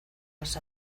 las